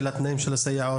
של תנאי הסייעות.